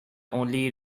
only